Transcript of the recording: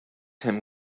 him